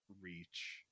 reach